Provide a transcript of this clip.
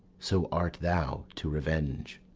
so art thou to revenge,